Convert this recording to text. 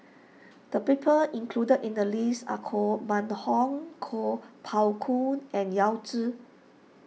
the people included in the list are Koh Mun Hong Kuo Pao Kun and Yao Zi